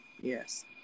Yes